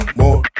more